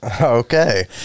Okay